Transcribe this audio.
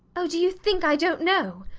oh, do you think i dont know?